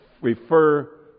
refer